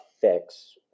fix